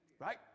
Right